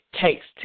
takes